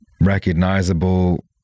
recognizable